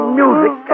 music